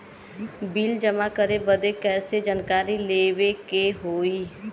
Bill जमा करे बदी कैसे जानकारी लेवे के होई?